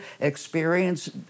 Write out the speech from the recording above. experience